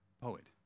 poet